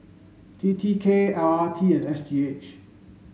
T T K R T and S G H